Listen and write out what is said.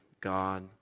God